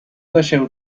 deixeu